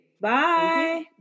Bye